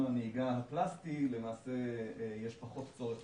פנים-ממשלתית, מיפינו שלושה סלים של סוגיות